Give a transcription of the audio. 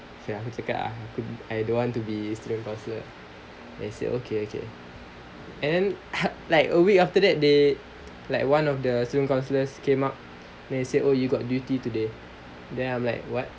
okay aku cakap ah I don't want to be student council then he say okay okay and like a week after that they like one of the student counsellors came up they say oh you got duty today then I'm like what